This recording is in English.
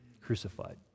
crucified